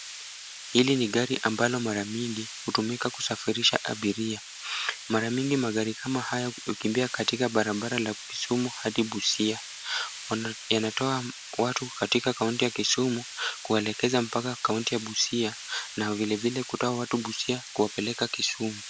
Hili ni gari ambalo mara mingi hutumika kusafirisha abiria. Mara mingi magari kama haya hukimbia katika barabara la Kisumu hadi Busia. Yanatoa watu katika county ya Kisumu kuelekeza mpaka county ya Busia na vilevile kutoa watu Busia kuwapeleka Kisumu.